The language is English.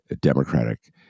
Democratic